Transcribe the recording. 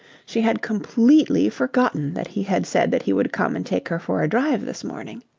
she had completely forgotten that he had said that he would come and take her for a drive this morning.